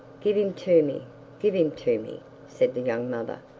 give him to me give him to me said the young mother.